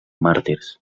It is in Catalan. màrtirs